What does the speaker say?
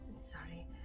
Sorry